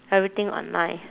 everything online